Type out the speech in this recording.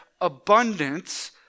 abundance